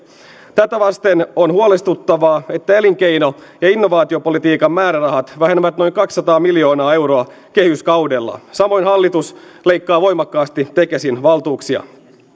tätä vasten on huolestuttavaa että elinkeino ja innovaatiopolitiikan määrärahat vähenevät noin kaksisataa miljoonaa euroa kehyskaudella samoin hallitus leikkaa voimakkaasti tekesin valtuuksia